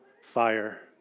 fire